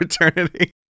eternity